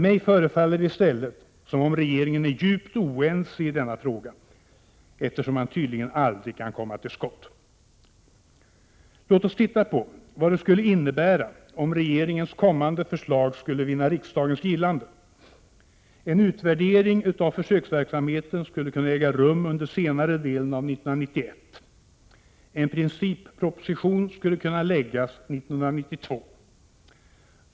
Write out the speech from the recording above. Mig förefaller det i stället som om regeringen vore djupt oense i denna fråga, eftersom man tydligen aldrig kan komma till skott. Låt oss titta på vad det skulle innebära om regeringens kommande förslag skulle vinna riksdagens gillande. En utvärdering av försöksverksamheten skulle kunna äga rum under senare delen av 1991. En principproposition skulle kunna läggas fram 1992.